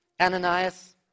Ananias